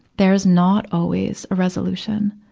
there's not always a resolution.